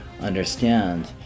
understand